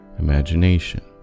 imagination